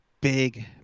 big